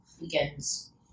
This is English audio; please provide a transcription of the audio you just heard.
Weekends